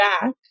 back